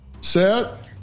set